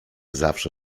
zawsze